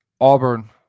Auburn